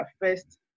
first